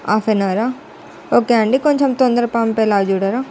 half an అవరా okay అండి కొంచెం తొందరగా పంపేలాగా చూడరా